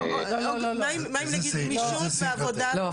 מה אם נגיד "גמישות בעבודה" -- לא,